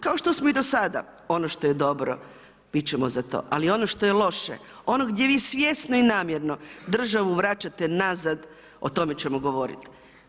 Kao što smo i do sada, ono što je dobro bit ćemo za to, ali ono što je loše, ono gdje vi svjesno i namjerno državu vraćate nazad o tome ćemo govoriti.